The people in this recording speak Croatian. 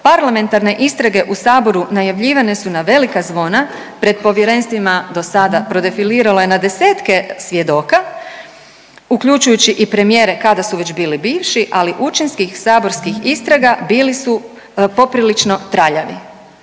parlamentarne istrage u Saboru najavljivane su na velika zvona, pred povjerenstvima do sada prodefiliralo je na desetke svjedoka, uključujući i premijere kada su već bili bivši, ali učinskih saborskih istraga bili su poprilično traljavi.